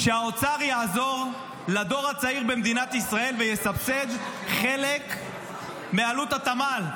שהאוצר יעזור לדור הצעיר במדינת ישראל ויסבסד חלק מעלות התמ"ל,